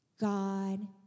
God